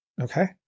Okay